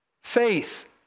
Faith